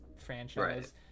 franchise